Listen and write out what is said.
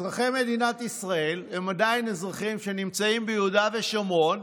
אזרחי מדינת ישראל הם עדיין אזרחים שנמצאים ביהודה ושומרון,